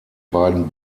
beiden